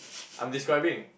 I'm describing